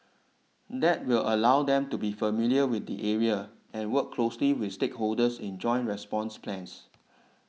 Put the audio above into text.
that will allow them to be familiar with the areas and work closely with stakeholders in joint response plans